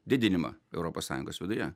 didinimą europos sąjungos viduje